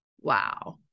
Wow